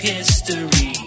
History